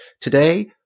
Today